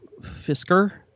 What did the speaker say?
Fisker